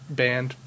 band